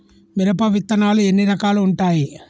మిరప విత్తనాలు ఎన్ని రకాలు ఉంటాయి?